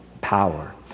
power